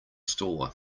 store